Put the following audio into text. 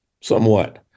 somewhat